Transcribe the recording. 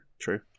True